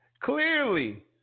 Clearly